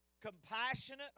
compassionate